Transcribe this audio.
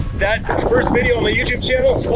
that first video on my youtube channel,